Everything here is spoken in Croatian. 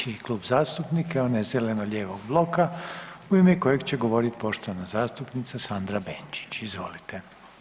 Slijedeći Klub zastupnika je onaj zeleno-lijevog bloka u ime kojeg će govoriti poštovana zastupnica Sandra Benčić, izvolite.